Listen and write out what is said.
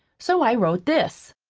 so i wrote this